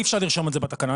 אי אפשר לרשום את זה בתקנה,